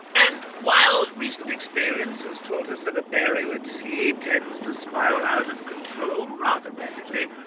and, whilst recent experience has taught us that a burial at sea tends to spiral out of control rather rapidly,